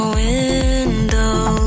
window